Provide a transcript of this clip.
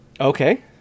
Okay